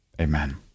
amen